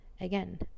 again